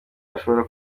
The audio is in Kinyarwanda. ashobora